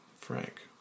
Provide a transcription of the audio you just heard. Frank